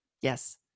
Yes